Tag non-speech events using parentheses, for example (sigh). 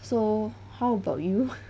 so how about you (breath)